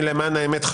האמת.